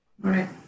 Right